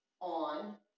on